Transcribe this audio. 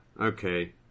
okay